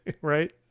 Right